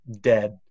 dead